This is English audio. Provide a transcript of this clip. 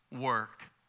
work